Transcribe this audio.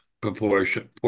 proportion